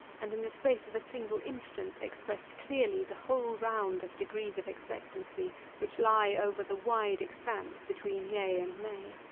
and in the space of a single instant expressed clearly the whole round of degrees of expectancy which lie over the wide expanse between yea and nay.